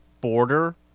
border